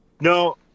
No